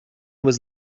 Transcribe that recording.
was